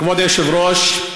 כבוד היושב-ראש.